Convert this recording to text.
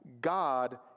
God